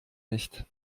nicht